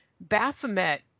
Baphomet